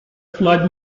flood